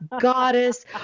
goddess